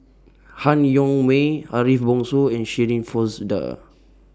Han Yong May Ariff Bongso and Shirin Fozdar